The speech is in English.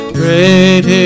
great